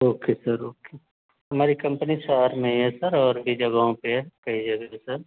okay sir okay हमारी company शहर में ही है सर और भी जगहों पर है कई जगह है सर